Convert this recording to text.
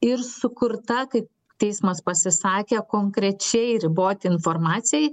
ir sukurta kai teismas pasisakė konkrečiai riboti informacijai